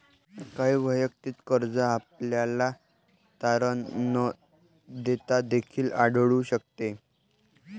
काही वैयक्तिक कर्ज आपल्याला तारण न घेता देखील आढळून शकते